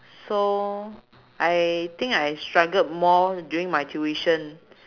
so I think I struggled more during my tuition